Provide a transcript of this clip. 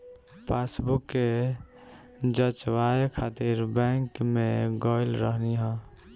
passbook के जचवाए खातिर बैंक में गईल रहनी हअ